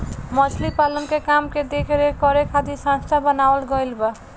मछली पालन के काम के देख रेख करे खातिर संस्था बनावल गईल बा